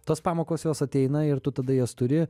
tos pamokos jos ateina ir tu tada jas turi